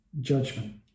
judgment